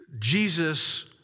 Jesus